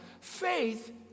faith